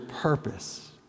purpose